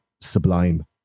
sublime